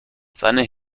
seine